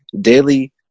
daily